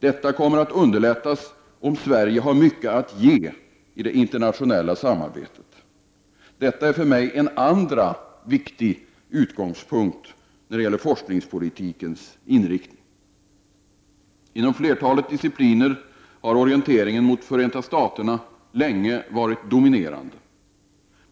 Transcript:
Detta kommer att underlättas om Sverige har mycket att ge i det internationella samarbetet. Detta är för mig en andra viktig utgångspunkt när det gäller forskningspolitikens inriktning. Inom flertalet discipliner har orienteringen mot Förenta Staterna länge varit dominerande,